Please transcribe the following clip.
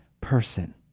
person